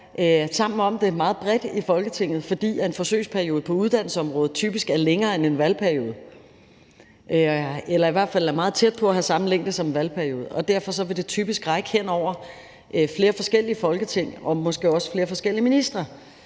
sammen om det meget bredt i Folketinget, fordi en forsøgsperiode på uddannelsesområdet typisk er længere end en valgperiode, eller i hvert fald er meget tæt på at have samme længde som en valgperiode. Derfor vil det typisk række hen over flere forskellige Folketing og måske også flere forskellige ministre,